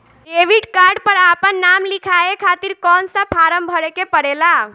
Debit card पर आपन नाम लिखाये खातिर कौन सा फारम भरे के पड़ेला?